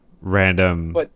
random